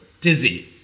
Dizzy